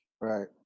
Right